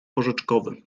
porzeczkowy